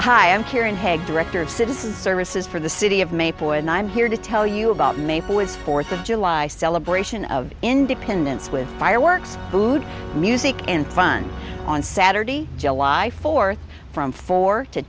hi i'm kiran head director of citizen services for the city of maple and i'm here to tell you about maple is fourth of july celebration of independence with fireworks food music and fun on saturday july fourth from four to